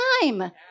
time